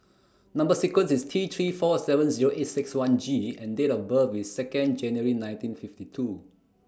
Number sequence IS T three four seven Zero eight six one G and Date of birth IS Second January nineteen fifty two